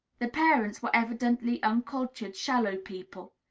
the parents were evidently uncultured, shallow people.